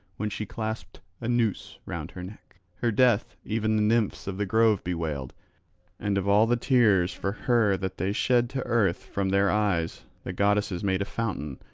when she clasped a noose round her neck. her death even the nymphs of the grove bewailed and of all the tears for her that they shed to earth from their eyes the goddesses made a fountain,